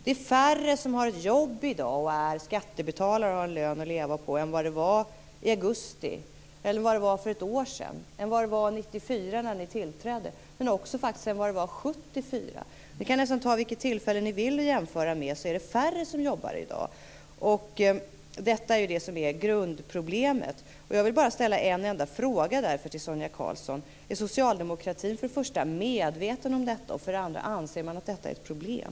Det är färre som har jobb i dag, som är skattebetalare och har en lön att leva på, än det var i augusti, eller för ett år sedan, eller 1994 då ni tillträdde, eller t.o.m. 1974. Ni kan nästan ta vilket tillfälle ni vill och jämföra: Det är färre som jobbar i dag. Detta är grundproblemet. Jag vill därför bara ställa en enda fråga till Sonia Karlsson: Är socialdemokratin medveten om detta, och anser man i så fall att det är ett problem?